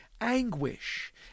Anguish